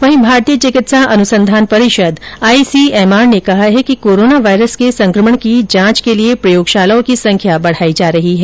वहीं भारतीय चिकित्सा अनुसंधान परिषद आईसीएमआर ने कहा है कि कोरोना वायरस के संक्रमण की जांच की प्रयोगशालाओं की संख्या बढ़ाई जा रही है